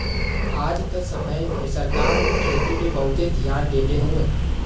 आज क समय में सरकार भी खेती पे बहुते धियान देले हउवन